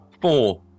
Four